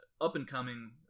up-and-coming